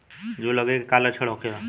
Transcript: जूं लगे के का लक्षण का होखे?